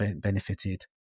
benefited